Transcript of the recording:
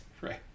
Right